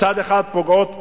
מצד אחד פוגעות פנימה,